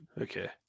okay